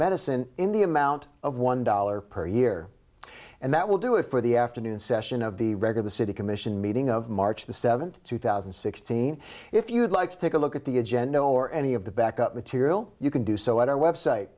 medicine in the amount of one dollar per year and that will do it for the afternoon session of the record the city commission meeting of march the seventh two thousand and sixteen if you'd like to take a look at the agenda or any of the back up material you can do so at our website